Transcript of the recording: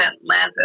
Atlanta